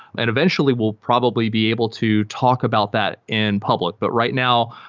and eventually we'll probably be able to talk about that in public. but right now,